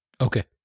Okay